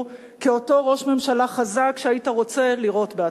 כאותו ראש ממשלה חזק שהיית רוצה לראות בעצמך.